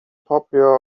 popular